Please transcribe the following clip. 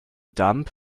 dumb